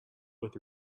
with